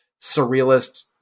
surrealist